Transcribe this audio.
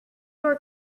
door